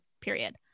period